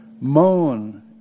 Moan